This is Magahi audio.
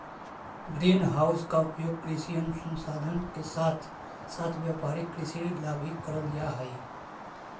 ग्रीन हाउस का उपयोग कृषि अनुसंधान के साथ साथ व्यापारिक कृषि ला भी करल जा हई